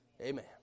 Amen